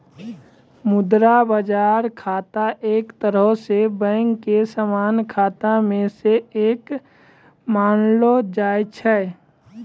मुद्रा बजार खाता एक तरहो से बैंको के समान्य खाता मे से एक मानलो जाय छै